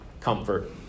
comfort